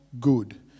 good